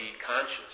conscious